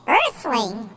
Earthling